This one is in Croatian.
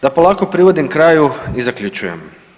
Da polako privodim kraju i zaključujem.